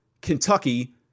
Kentucky